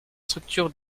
structures